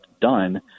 done